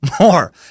more